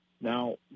now